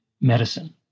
medicine